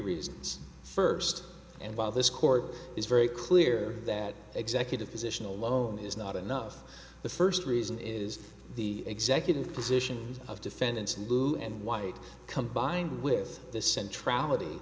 reasons first and while this court is very clear that executive position alone is not enough the first reason is the executive position of defendants in blue and white combined with the scen